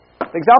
example